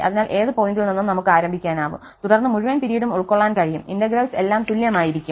അതിനാൽ ഏത് പോയിന്റിൽ നിന്നും നമുക്ക് ആരംഭിക്കാനാവും തുടർന്ന് മുഴുവൻ പിരീഡും ഉൾക്കൊള്ളാൻ കഴിയും ആ ഇന്റഗ്രൽസ് എല്ലാം തുല്യമായിരിക്കും